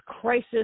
crisis